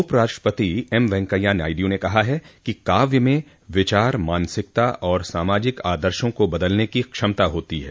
उपराष्ट्रपति एम वेंकैया नायडू ने कहा है कि काव्य में विचार मानसिकता और सामाजिक आदर्शों को बदलने की क्षमता होती है